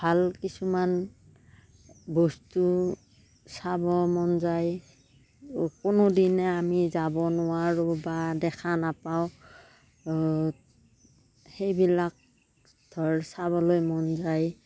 ভাল কিছুমান বস্তু চাব মন যায় কোনোদিনে আমি যাব নোৱাৰোঁ বা দেখা নাপাওঁ সেইবিলাক ধৰ চাবলৈ মন যায়